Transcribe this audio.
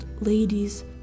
ladies